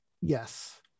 yes